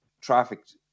trafficked